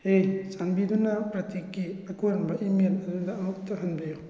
ꯍꯦ ꯆꯥꯟꯕꯤꯗꯨꯅ ꯄ꯭ꯔꯇꯤꯛꯀꯤ ꯑꯀꯣꯟꯕ ꯏꯃꯦꯜ ꯑꯗꯨꯗ ꯑꯃꯨꯛꯇ ꯍꯟꯕꯤꯌꯨ